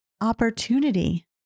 opportunity